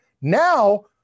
Now